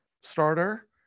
starter